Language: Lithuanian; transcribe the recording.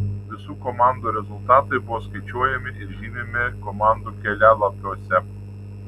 visų komandų rezultatai buvo skaičiuojami ir žymimi komandų kelialapiuose